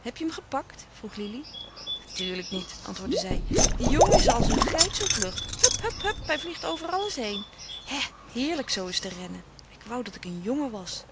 heb je hem gepakt vroeg lili natuurlijk niet antwoordde zij die jongen is als een geit zoo vlug hup hup hup hij vliegt over alles heen hé heerlijk zoo eens te rennen ik wou dat ik een jongen was